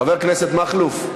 חבר הכנסת מכלוף.